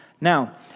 Now